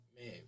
man